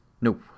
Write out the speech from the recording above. No